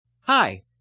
Hi